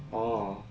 orh